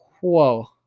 whoa